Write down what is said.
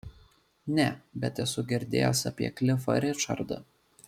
ne bet esu girdėjęs apie klifą ričardą